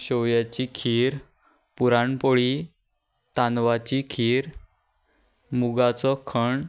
शेवयाची खीर पुरण पोळी तांदळाची खीर मुगाचो कण्ण